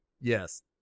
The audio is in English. Yes